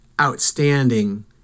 outstanding